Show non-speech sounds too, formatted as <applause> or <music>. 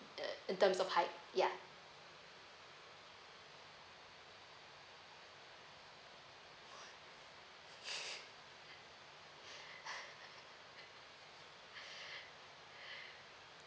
in~ in terms of height ya <laughs>